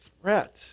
threat